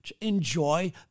enjoy